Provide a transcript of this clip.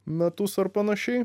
metus ar panašiai